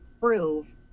prove